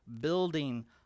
building